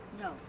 No